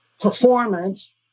performance